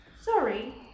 Sorry